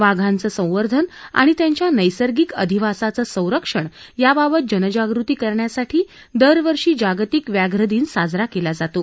वाघांचं संवर्धन आणि त्यांच्या नैसर्गिक अधिवासांचं संरक्षण याबाबत जनजागृती करण्यासाठी दरवर्षी जागतिक व्याघ्र दिन साजरा केला जातो